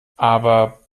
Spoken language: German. aber